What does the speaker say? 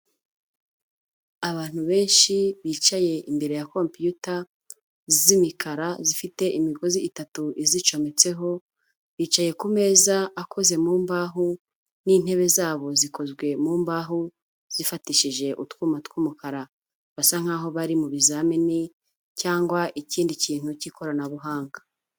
Abantu benshi bicaye imbere ya kompiyuta z'imikara zifite imigozi itatu izicometseho, bicaye ku meza akoze mu mbaho n'intebe zabo zikozwe mu mbaho, zifatishije utwuma tw'umukara. Basa nk'aho bari mu bizamini cyangwa ikindi kintu cy'ikoranabuhanga.